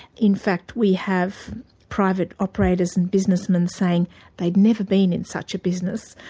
in fact we have private operators and businessmen saying they've never been in such a business,